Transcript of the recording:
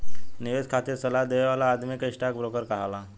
निवेश खातिर सलाह देवे वाला आदमी के स्टॉक ब्रोकर कहाला